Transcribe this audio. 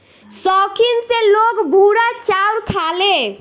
सौखीन से लोग भूरा चाउर खाले